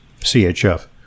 CHF